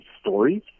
stories